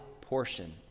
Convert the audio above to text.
portion